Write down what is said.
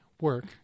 work